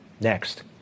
Next